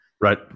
Right